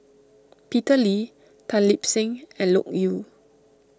Peter Lee Tan Lip Seng and Loke Yew